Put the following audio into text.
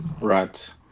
Right